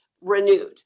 renewed